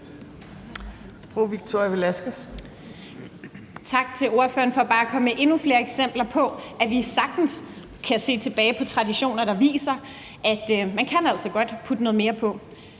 Tak til ordføreren for bare at komme med endnu flere eksempler på, at vi sagtens kan se tilbage på traditioner, der viser, at man altså godt kan putte noget mere på.